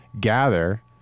gather